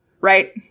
right